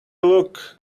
look